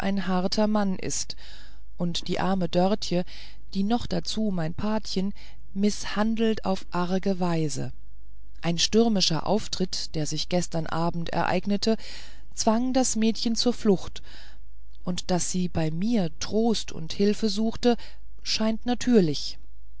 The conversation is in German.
harter mann ist und die arme dörtje die noch dazu mein patchen mißhandelt auf arge weise ein stürmischer auftritt der sich gestern abend ereignete zwang das mädchen zur flucht und daß sie bei mir trost und hilfe suchte scheint natürlich